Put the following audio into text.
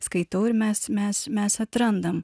skaitau ir mes mes mes atrandam